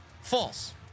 false